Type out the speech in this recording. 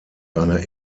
eine